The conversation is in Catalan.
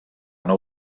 nou